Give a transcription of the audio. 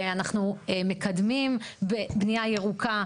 אנחנו מקדמים בנייה ירוקה,